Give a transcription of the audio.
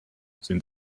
sind